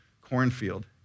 cornfield